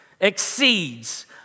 exceeds